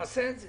נעשה את זה.